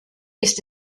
ist